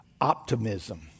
optimism